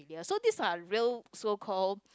so this are real so called